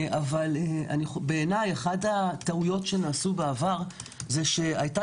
אבל בעיניי אחת הטעויות שנעשו בעבר זה שהייתה